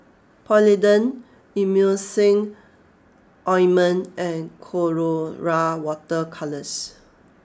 Polident Emulsying Ointment and Colora Water Colours